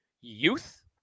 youth